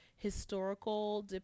historical